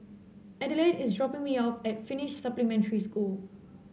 Adelaide is dropping me off at Finnish Supplementary School